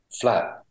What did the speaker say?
flat